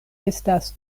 estas